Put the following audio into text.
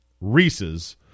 Reese's